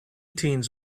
teens